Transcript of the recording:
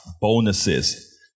bonuses